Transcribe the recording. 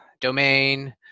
domain